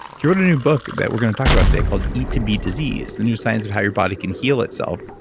he wrote a new book that we're going to talk about today called eat to beat disease the new science of how your body can heal itself.